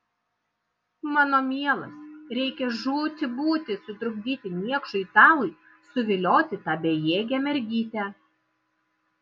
mano mielas reikia žūti būti sutrukdyti niekšui italui suvilioti tą bejėgę mergytę